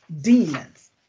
demons